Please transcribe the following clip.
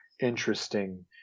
interesting